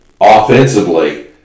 Offensively